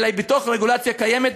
אלא הוא בתוך רגולציה קיימת,